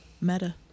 meta